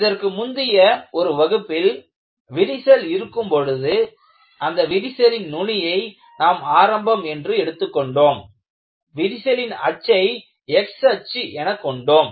இதற்கு முந்திய ஒரு வகுப்பில் விரிசல் இருக்கும் பொழுது அந்த விரலின் நுனியை நாம் ஆரம்பம் என்று எடுத்துக் கொண்டோம் விரிசலின் அச்சை x அச்சு எனக் கொண்டோம்